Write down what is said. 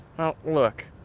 look.